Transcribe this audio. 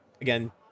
again